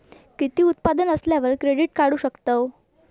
किती उत्पन्न असल्यावर क्रेडीट काढू शकतव?